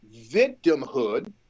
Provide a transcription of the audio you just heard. victimhood